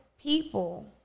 people